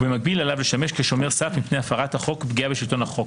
ובמקביל עליו לשמש כשומר הסף מפני הפרת החוק ופגיעה בשלטון החוק.